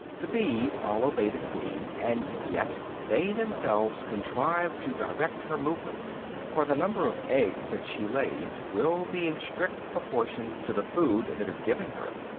the bees all obey the queen and yet they themselves contrive to direct her movements for the number of eggs that she lays will be in strict proportion to the food that is given her.